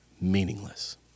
meaningless